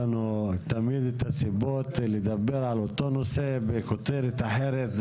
את הסיבות לדבר על אותו נושא בכותרת אחרת.